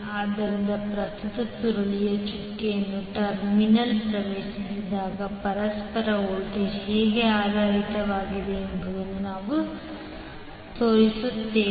ಆದ್ದರಿಂದ ಪ್ರಸ್ತುತವು ಸುರುಳಿಯ ಚುಕ್ಕೆಗಳ ಟರ್ಮಿನಲ್ಗೆ ಪ್ರವೇಶಿಸಿದಾಗ ಪರಸ್ಪರ ವೋಲ್ಟೇಜ್ ಹೇಗೆ ಆಧಾರಿತವಾಗಿದೆ ಎಂಬುದನ್ನು ನಾವು ತೋರಿಸುತ್ತೇವೆ